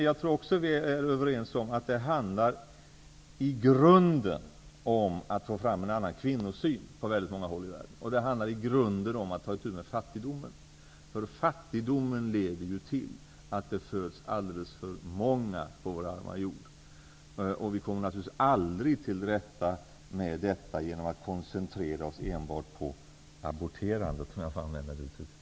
Jag tror också att vi är överens om att det i grunden handlar om att få fram en annan kvinnosyn på väldigt många håll i världen. Det handlar i grunden om att ta itu med fattigdomen. Fattigdomen leder ju till att det föds alldeles för många på vår arma jord. Vi kommer naturligtvis aldrig till rätta med detta genom att koncentrera oss enbart på aborterandet, om jag får använda det uttrycket.